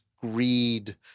greed